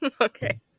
Okay